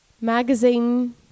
magazine